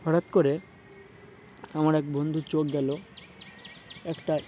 হঠাৎ করে আমার এক বন্ধুর চোখ গেল একটা